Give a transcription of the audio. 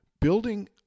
building